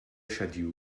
schedule